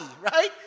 right